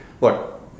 look